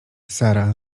sara